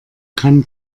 kann